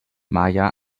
maya